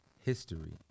history